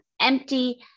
empty